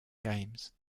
games